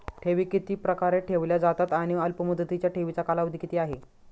ठेवी किती प्रकारे ठेवल्या जातात आणि अल्पमुदतीच्या ठेवीचा कालावधी किती आहे?